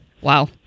Wow